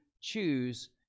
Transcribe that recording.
choose